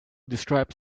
describes